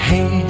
Hey